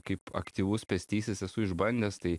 kaip aktyvus pėstysis esu išbandęs tai